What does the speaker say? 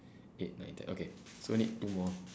eight nine ten okay so we need two more